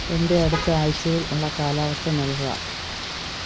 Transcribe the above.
എന്റെ അടുത്ത ആഴ്ചയില് ഉള്ള കാലാവസ്ഥ നല്കുക